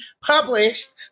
published